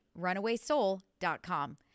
runawaysoul.com